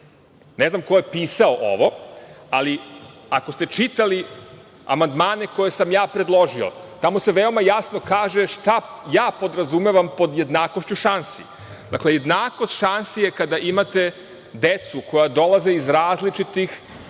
Ne znam ko je pisao ovo, ali, ako ste čitali amandmane koje sam ja predložio, tamo se veoma jasno kaže šta ja podrazumevam pod jednakošću šansi. Dakle, jednakost šansi je kada imate decu koja dolaze iz različitog